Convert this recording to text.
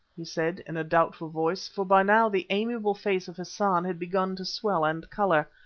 he said, in a doubtful voice, for by now the amiable face of hassan had begun to swell and colour,